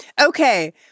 Okay